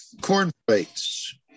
cornflakes